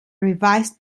revised